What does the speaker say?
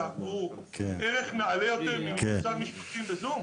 הוא ערך נעלה יותר ממינוי שר משפטים ב-זום?